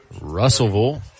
Russellville